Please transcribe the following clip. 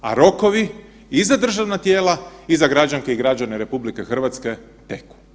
A rokovi i za državna tijela i za građanke i građane RH teku.